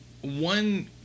one